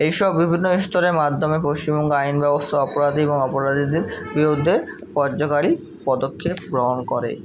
এই সব বিভিন্ন স্তরের মাধ্যমে পশ্চিমবঙ্গের আইন ব্যবস্থা অপরাধী এবং অপরাধীদের বিরুদ্ধে কার্যকরী পদক্ষেপ গ্রহণ করে